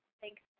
Thanks